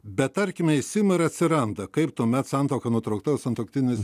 bet tarkime išsibara atsiranda kaip tuomet santuoka nutraukta sutuoktinis